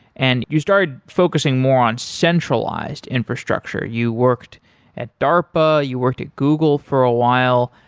and you started focusing more on centralized infrastructure. you worked at darpa, you worked at google for a while.